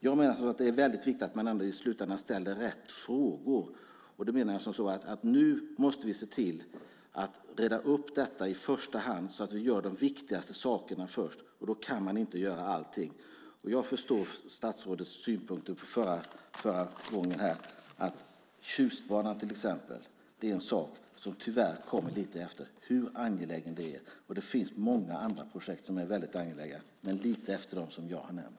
Jag menar att det är väldigt viktigt att man i slutändan ändå ställer rätt frågor. Jag menar då att vi nu måste se till att reda upp detta så att vi gör de viktigaste sakerna först. Då kan man inte göra allting. Jag förstår statsrådets synpunkter förra gången om att Tjustbanan är något som tyvärr kommer lite efter hur angelägen den än är. Det finns också många andra projekt som är väldigt angelägna. Men de kommer lite efter dem som jag har nämnt.